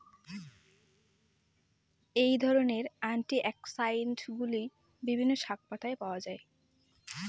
এই ধরনের অ্যান্টিঅক্সিড্যান্টগুলি বিভিন্ন শাকপাতায় পাওয়া য়ায়